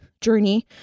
journey